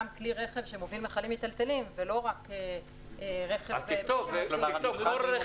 גם כלי רכב שמוביל מכלים מטלטלים ולא רק רכב --- כל רכב